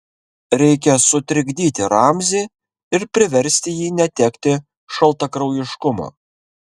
reikia sutrikdyti ramzį ir priversti jį netekti šaltakraujiškumo